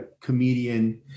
comedian